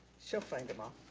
she'll find them all.